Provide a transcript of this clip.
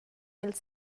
ils